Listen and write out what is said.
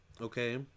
Okay